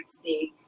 steak